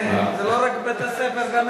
חבר הכנסת יואל חסון, הנה, זה לא רק בבית-הספר.